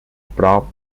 prop